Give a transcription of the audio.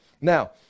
now